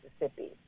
Mississippi